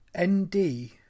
ND